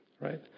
right